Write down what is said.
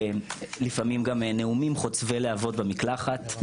לפעמים גם נאומים חוצבי להבות במקלחת,